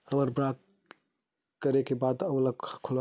हमर ब्लॉक करे के बाद ओला खोलवाबो कइसे?